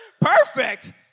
Perfect